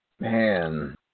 Man